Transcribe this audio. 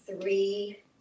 three